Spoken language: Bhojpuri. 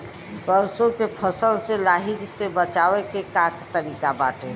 सरसो के फसल से लाही से बचाव के का तरीका बाटे?